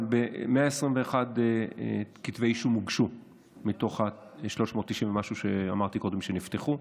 אבל 121 כתבי אישום הוגשו מתוך 390 ומשהו שאמרתי קודם שנפתחו.